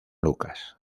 lucas